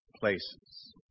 places